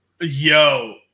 Yo